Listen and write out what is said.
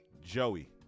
Joey